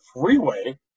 freeway